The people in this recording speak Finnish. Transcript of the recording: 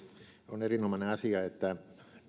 on erinomainen asia että